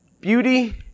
Beauty